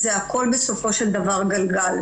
זה הכול בסופו של דבר גלגל.